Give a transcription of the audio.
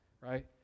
right